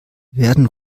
werden